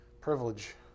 privilege